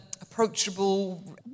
approachable